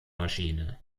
maschine